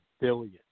billion